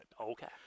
Okay